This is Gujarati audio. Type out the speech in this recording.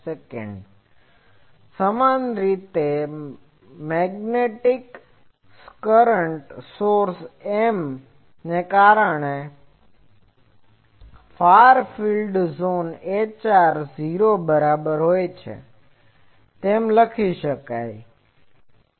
સમાન રીતે મેગ્નેટિક કરંટ સોર્સ M ને કારણે ફાર ઝોન ફિલ્ડ Hr 0 ની બરાબર હોય છે તેમ લખી શકાય છે